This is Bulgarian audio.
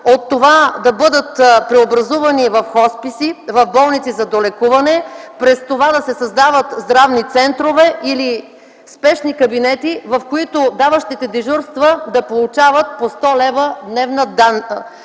– да бъдат преобразувани в хосписи, в болници за долекуване, да се създават здравни центрове или спешни кабинети, в които даващите дежурства да получават по 100 лв. дневна надница.